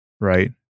right